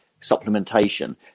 supplementation